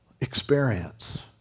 Experience